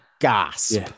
gasp